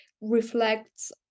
reflects